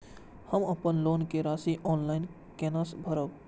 हम अपन लोन के राशि ऑफलाइन केना भरब?